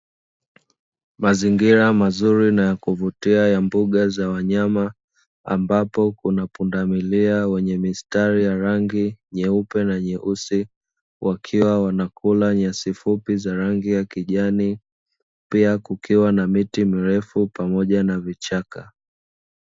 Mazingira mazuri na ya kuvutia ya mbuga za wanyama ambapo kuna pundamilia wenye mistari ya rangi nyeupe na nyeusi, wakiwa wanakula nyasi fupi za rangi ya kijani; pia kukiwa na miti mirefu pamoja na vichaka.